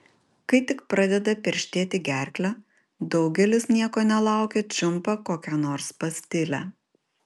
kai tik pradeda perštėti gerklę daugelis nieko nelaukę čiumpa kokią nors pastilę